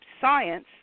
Science